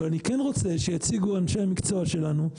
אבל אני כן רוצה שיציגו אנשי המקצוע שלנו.